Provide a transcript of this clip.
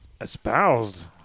espoused